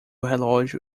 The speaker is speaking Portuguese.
relógio